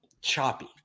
choppy